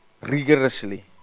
Rigorously